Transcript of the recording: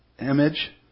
image